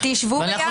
תשבו ביחד.